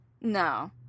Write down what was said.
No